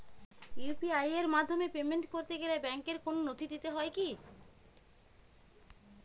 UPI এর মাধ্যমে payment করতে গেলে ব্যাংকের কোন নথি দিতে হয় কি?